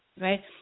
right